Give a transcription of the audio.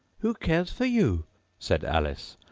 who cares for you said alice,